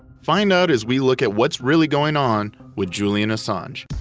find out as we look at what's really going on with julian assange.